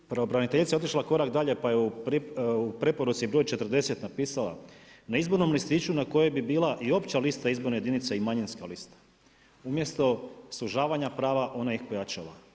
Pravobraniteljica je otišla korak dalje, pa je u preporuci br. 40 napisala, na izbornom listiću na kojoj bi bila i opća lista izborne jedinica i manjinska lista, umjesto sužavanja prava, ona ih pojačava.